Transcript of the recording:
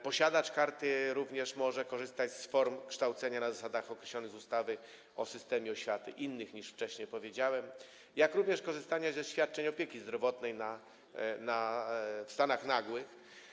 Posiadacz karty również może korzystać z form kształcenia na zasadach określonych w ustawie o systemie oświaty, innych niż wcześniej powiedziałem, jak również może korzystać ze świadczeń opieki zdrowotnej w stanach nagłych.